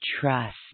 trust